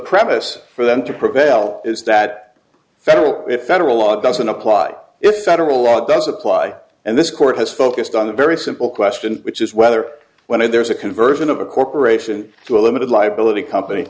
premise for them to prevail is that federal ephedra law doesn't apply if federal law does apply and this court has focused on a very simple question which is whether when there is a conversion of a corporation to a limited liability company